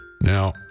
Now